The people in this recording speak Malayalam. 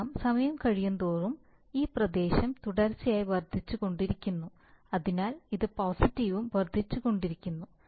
കാരണം സമയം കഴിയുന്തോറും ഈ പ്രദേശം തുടർച്ചയായി വർദ്ധിച്ചുകൊണ്ടിരിക്കുന്നു അതിനാൽ ഇത് പോസിറ്റീവും വർദ്ധിച്ചുകൊണ്ടിരിക്കുന്നു